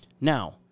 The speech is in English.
Now